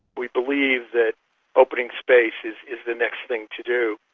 we believe that opening space is is the next thing to do.